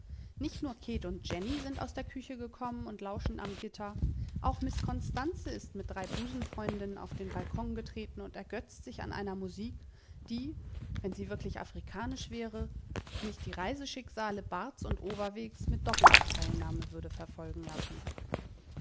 nicht nur käth und jenny sind aus der küche gekommen und lauschen am gitter auch miß constanze ist mit drei busenfreundinnen auf den balkon getreten und ergötzt sich an einer musik die wenn sie wirklich afrikanisch wäre mich die reiseschicksale barths und overwegs mit doppelter teilnahme würde verfolgen lassen